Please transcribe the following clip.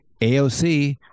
aoc